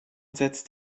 setzt